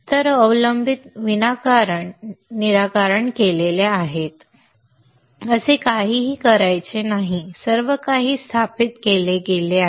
तर अवलंबित्व निराकरण केले आहे काहीही करायचे नाही सर्वकाही स्थापित केले गेले आहे